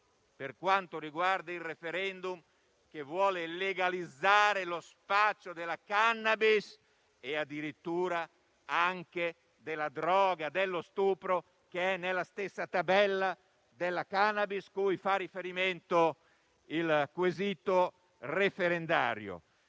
burocratici per il *referendum* con cui si vuole legalizzare lo spaccio della *cannabis* e addirittura della droga dello stupro, che è nella stessa tabella della *cannabis* cui fa riferimento il quesito referendario.